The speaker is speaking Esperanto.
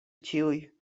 tuj